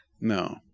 No